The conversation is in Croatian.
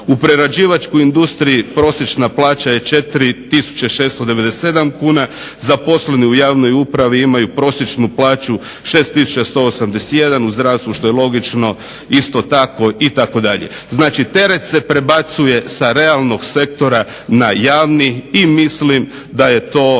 U prerađivačkoj industriji prosječna plaća je 4697 kuna, zaposleni u javnoj upravi imaju prosječnu plaću 6181, u zdravstvu što je logično isto tako itd. Znači teret se prebacuje sa realnog sektora na javni i mislim da je to